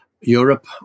Europe